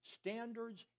standards